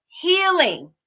healing